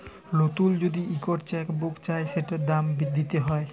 লতুল যদি ইকট চ্যাক বুক চায় সেটার দাম দ্যিতে হ্যয়